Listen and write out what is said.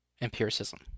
empiricism